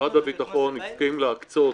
משרד הביטחון הסכים להקצות